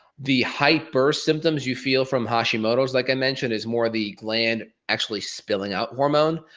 the hyper symptoms you feel from hashimoto's like i mentioned is more of the gland actually spilling out hormone,